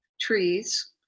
trees